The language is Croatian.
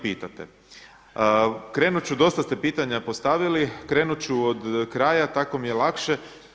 Krenut ću, dosta ste pitanja postavili, krenut ću od kraja tako mi je lakše.